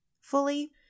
fully